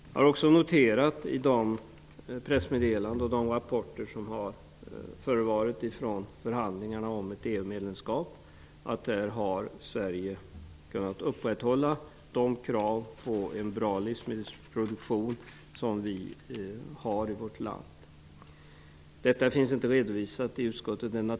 Jag har också noterat i de pressmeddelanden och de rapporter som förevarit om förhandlingarna om ett EU-medlemskap att Sverige har kunnat upprätthålla de krav på en bra livsmedelsproduktion som vi har i vårt land. Detta finns inte redovisat i utskottets betänkande.